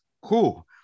Cool